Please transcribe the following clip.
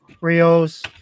Rio's